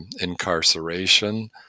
incarceration